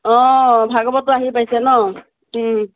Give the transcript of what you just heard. অ ভাগৱতটো আহি পাইছে ন' ওম